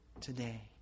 today